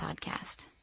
podcast